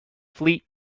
fleet